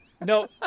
No